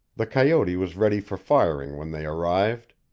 the coyote was ready for firing when they arrived.